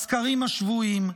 הסקרים השבועיים.